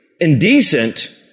indecent